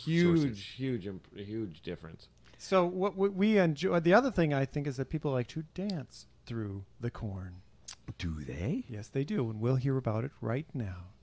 huge huge huge difference so we enjoy the other thing i think is that people like to dance through the corn today yes they do and we'll hear about it right now